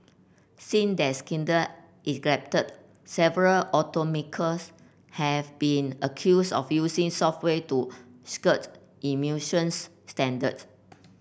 since that scandal erupted several automakers have been accused of using software to skirt emissions standards